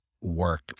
work